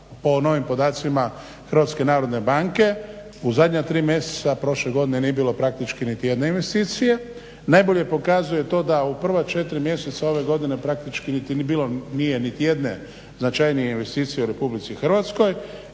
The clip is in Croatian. po novim podacima HNB-a u zadnja tri mjeseca prošle godine nije bilo praktički niti jedne investicije, najbolje pokazuje to da u prva 4 mjeseca ove godine praktički nije bilo niti jedne značajnije investicije u RH i ona